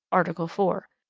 article four.